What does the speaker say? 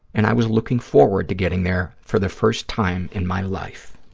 and i was looking forward to getting there for the first time in my life.